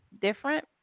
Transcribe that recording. different